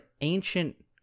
ancient